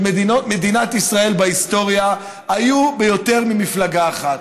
מדינת ישראל בהיסטוריה היו ביותר ממפלגה אחת.